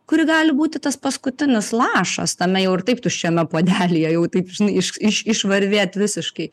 kuri gali būti tas paskutinis lašas tame jau ir taip tuščiame puodelyje jau taip iš iš išvarvėt visiškai